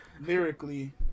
lyrically